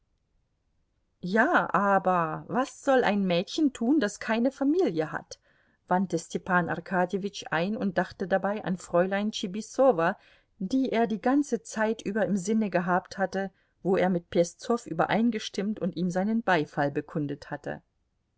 ja aber was soll ein mädchen tun das keine familie hat wandte stepan arkadjewitsch ein und dachte dabei an fräulein tschibisowa die er die ganze zeit über im sinne gehabt hatte wo er mit peszow übereingestimmt und ihm seinen beifall bekundet hatte